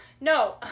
no